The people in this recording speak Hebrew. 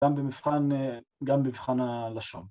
גם במבחן אה... ‫גם במבחן הלשון.